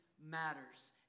matters